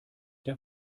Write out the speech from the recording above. der